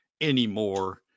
anymore